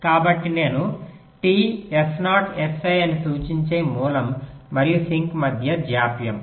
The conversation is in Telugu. కాబట్టి నేను t S0 Si అని సూచించే మూలం మరియు సింక్ మధ్య జాప్యం